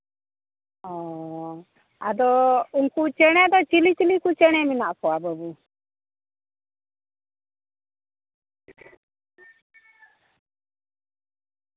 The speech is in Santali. ᱚᱻ ᱟᱫᱚ ᱩᱱᱠᱩ ᱪᱮᱬᱮ ᱫᱚ ᱪᱤᱞᱤ ᱪᱤᱞᱤ ᱠᱚ ᱪᱮᱬᱮ ᱢᱮᱱᱟᱜ ᱠᱚᱣᱟ ᱵᱟᱵᱩ